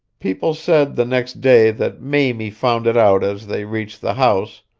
people said the next day that mamie found it out as they reached the house,